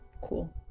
Cool